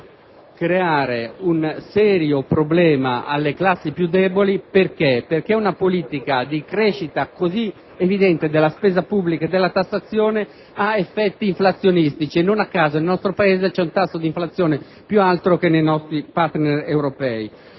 creare un serio problema alle classi più deboli perché una politica di crescita così evidente della spesa pubblica e della tassazione ha effetti inflazionistici. Non a caso nel nostro Paese c'è un tasso di inflazione più alto che nei nostri *partner* europei